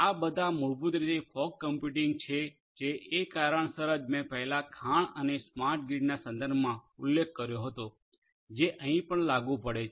આ બધા મૂળભૂત રીતે ફોગ કમ્પ્યુટિંગ છે જે એ કારણોસર જ મેં પહેલાં ખાણ અને સ્માર્ટ ગ્રીડના સંદર્ભમાં ઉલ્લેખ કર્યો હતો જે અહીં પણ લાગુ પડે છે